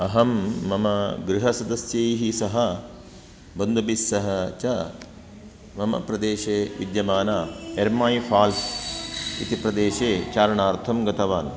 अहं मम गृहसदस्यैः सह बन्धुभिस्सह च मम प्रदेशे विद्यमान एरमय् फाल्स् इति प्रदेशे चारणार्थं गतवान्